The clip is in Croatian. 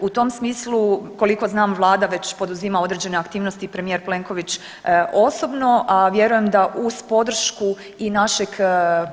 U tom smislu koliko znam vlada već poduzima određene aktivnosti i premijer Plenković osobno, a vjerujem da uz podršku i našeg